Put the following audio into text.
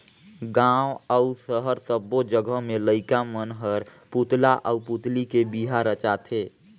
गांव अउ सहर सब्बो जघा में लईका मन हर पुतला आउ पुतली के बिहा रचाथे